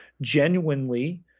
genuinely